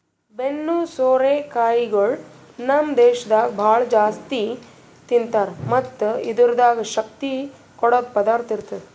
ಬೆನ್ನು ಸೋರೆ ಕಾಯಿಗೊಳ್ ನಮ್ ದೇಶದಾಗ್ ಭಾಳ ಜಾಸ್ತಿ ತಿಂತಾರ್ ಮತ್ತ್ ಇದುರ್ದಾಗ್ ಶಕ್ತಿ ಕೊಡದ್ ಪದಾರ್ಥ ಇರ್ತದ